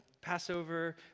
Passover